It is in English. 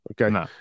Okay